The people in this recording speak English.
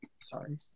Sorry